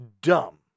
dumb